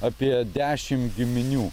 apie dešim giminių